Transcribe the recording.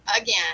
again